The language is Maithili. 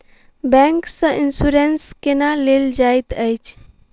बैंक सँ इन्सुरेंस केना लेल जाइत अछि